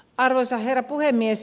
arvoisa herra puhemies